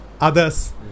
others